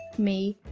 me,